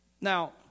Now